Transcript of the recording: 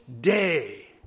day